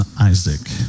Isaac